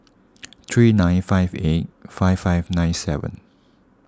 three nine five eight five five nine seven